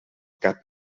cap